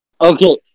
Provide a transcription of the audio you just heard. Okay